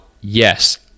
yes